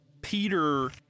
Peter